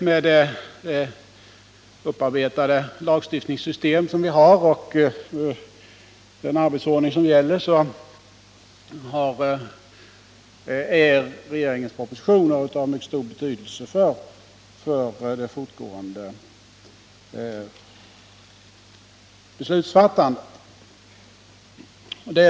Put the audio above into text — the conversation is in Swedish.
Med det upparbetade lagstiftningssystem som vi har och med den arbetsordning som gäller är givetvis regeringens propositioner av mycket stor betydelse för det fortgående beslutsfattandet.